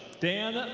dan